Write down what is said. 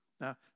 Now